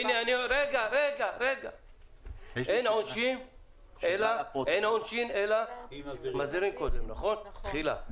אין עונשין אלא מזהירים תחילה.